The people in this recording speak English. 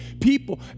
people